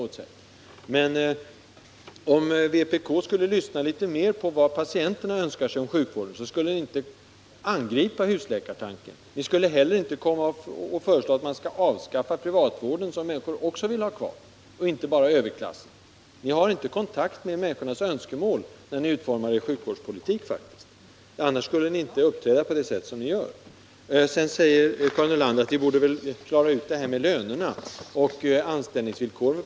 Om ni från vpk lyssnade litet mer till vad patienterna önskar få ut av sjukvården, så skulle ni inte angripa husläkartanken. Ni skulle inte heller föreslå att privatläkarvården, som människor också vill ha kvar, avskaffades. Och det gäller inte bara den s.k. överklassen. Ni har inte haft kontakt med människornas önskemål, när ni har utformat er sjukvårdspolitik. Annars skulle ni inte uppträda som ni gör. Karin Nordlander sade att vi borde klara ut detta med personalens löner och anställningsvillkor.